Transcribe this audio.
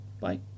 bye